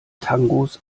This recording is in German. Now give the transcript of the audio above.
tangos